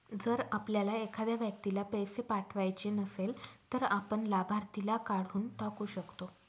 जर आपल्याला एखाद्या व्यक्तीला पैसे पाठवायचे नसेल, तर आपण लाभार्थीला काढून टाकू शकतो